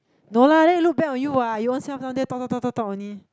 no lah then you look bad on you what you ownself down there talk talk talk talk talk only